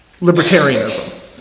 libertarianism